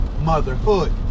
motherhood